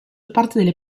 parte